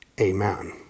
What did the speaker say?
Amen